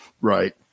right